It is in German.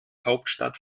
hauptstadt